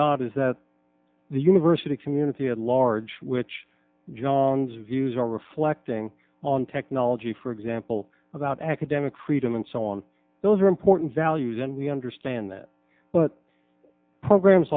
got is that the university community at large which john's views are reflecting on technology for example about academic freedom and so on those are important values and we understand that but programs